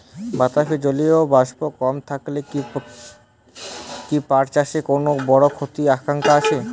বাতাসে জলীয় বাষ্প কম থাকলে কি পাট চাষে কোনো বড় ক্ষতির আশঙ্কা আছে?